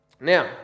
Now